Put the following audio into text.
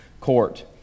court